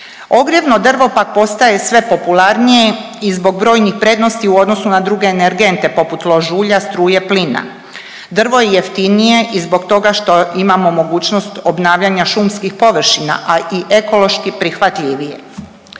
Ogrjevno drvo pak postaje sve popularnije i zbog brojnih prednosti u odnosu na druge energente, poput lož ulja, struje, plina. Drvo je jeftinije i zbog toga što imamo mogućnost obnavljanja šumskih površina, a i ekološki prihvatljivije.